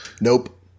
Nope